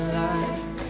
light